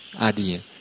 Adi